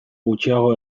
gutxiago